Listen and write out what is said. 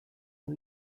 new